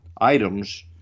items